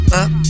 up